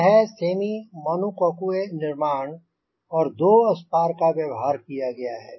ये है semi monocoque निर्माण और दो स्पार का व्यवहार किया गया है